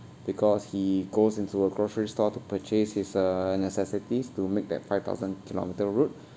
because he goes into a grocery store to purchase his uh necessities to make that five thousand kilometre route